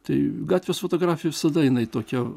tai gatvės fotografija visada jinai tokia